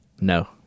No